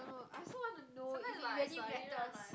no I also want to know